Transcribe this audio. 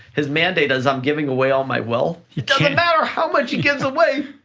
his mandate is i'm giving away all my wealth, it doesn't matter how much he gives away,